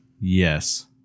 Yes